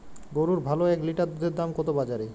গরুর ভালো এক লিটার দুধের দাম কত বাজারে?